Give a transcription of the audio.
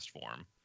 form